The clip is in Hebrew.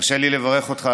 הרשה לי לברך אותך,